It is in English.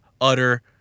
utter